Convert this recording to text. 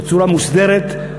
בצורה מוסדרת.